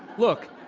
look,